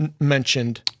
mentioned